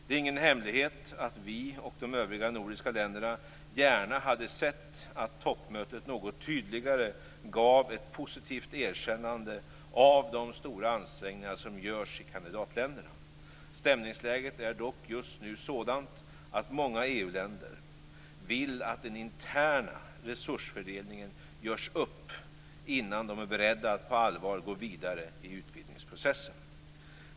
Det är ingen hemlighet att vi och de övriga nordiska länderna gärna hade sett att toppmötet något tydligare hade gett ett positivt erkännande av de stora ansträngningar som görs i kandidatländerna. Stämningsläget är dock just nu sådant att många EU-länder vill att den interna resursfördelningen görs upp innan de är beredda att på allvar gå vidare i utvidgningsprocessen.